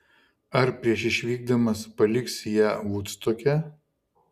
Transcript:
ar prieš išvykdamas paliksi ją vudstoke